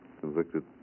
Convicted